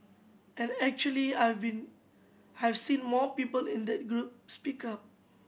and actually I've been have seen more people in that group speak up